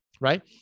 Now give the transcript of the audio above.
right